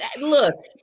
look